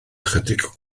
ychydig